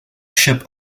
ship